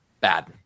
Bad